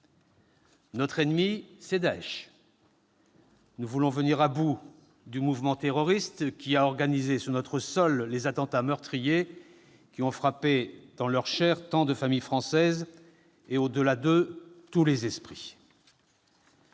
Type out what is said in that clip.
Notre ennemi, c'est Daech. Nous voulons venir à bout du mouvement terroriste qui a organisé sur notre sol les attentats meurtriers qui ont frappé dans leur chair tant de familles françaises et, au-delà d'eux, tous les esprits.